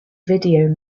video